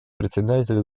председатель